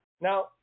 Now